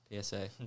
PSA